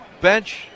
bench